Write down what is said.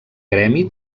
gremi